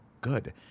good